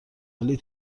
ولی